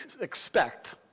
expect